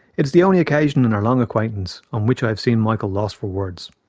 it is the only occasion in our long acquaintance on which i have seen michael lost for words.